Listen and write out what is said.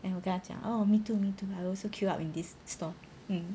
and 我跟他讲哦 me too me too I also queue up in this store um